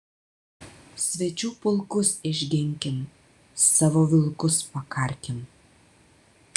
svečių pulkus išginkim savo vilkus pakarkim